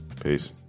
Peace